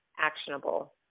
actionable